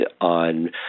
on